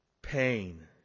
pain